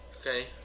Okay